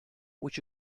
would